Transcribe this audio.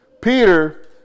Peter